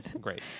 Great